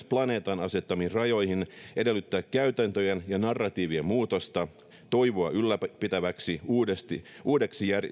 planeetan asettamiin rajoihin edellyttää käytäntöjen ja narratiivien muutosta toivoa ylläpitäväksi uudeksi